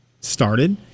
started